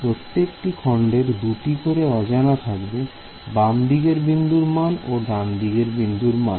প্রত্যেকটি খন্ডের দুটি করে অজানা থাকবে বামদিকের বিন্দুর মান ও ডানদিকের বিন্দুর মান